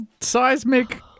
seismic